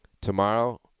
Tomorrow